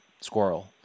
squirrel